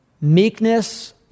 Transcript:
meekness